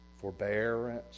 forbearance